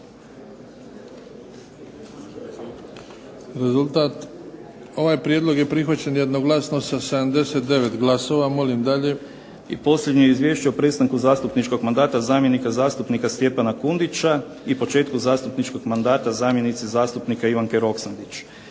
Rezultat. Ovaj Prijedlog je prihvaćen jednoglasno sa 70 glasova. Molim dalje. **Sesvečan, Damir (HDZ)** I posljednje izvješće o prestanku zastupničkog mandata zamjenika zastupnika Stjepana Kundića i početku zastupničkog mandata zamjenice zastupnika Ivanke Roksandić.